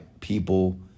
people